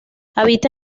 habita